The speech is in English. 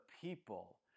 people